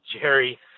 Jerry